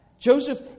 Joseph